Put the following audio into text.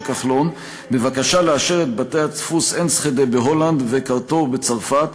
כחלון בבקשה לאשר את בתי-הדפוס "אנסחדה" בהולנד ו"קרטור" בצרפת,